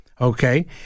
Okay